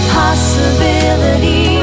possibility